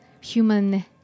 human